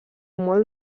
molt